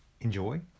enjoy